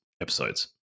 episodes